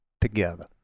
together